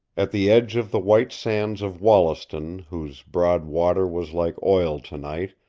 at the edge of the white sands of wollaston, whose broad water was like oil tonight,